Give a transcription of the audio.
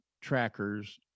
trackers